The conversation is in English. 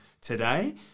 today